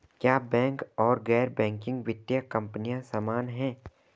क्या बैंक और गैर बैंकिंग वित्तीय कंपनियां समान हैं?